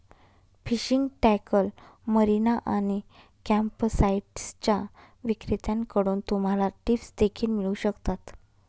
fishing tackle, marina आणि कॅम्पसाइट्सच्या विक्रेत्यांकडून तुम्हाला टिप्स देखील मिळू शकतात